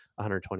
120